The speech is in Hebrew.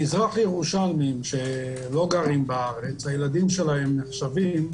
מזרח ירושלמים שלא גרים בארץ, הילדים שלהם נחשבים